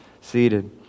seated